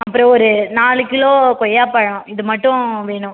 அப்புறம் ஒரு நாலு கிலோ கொய்யாப் பழம் இது மட்டும் வேணும்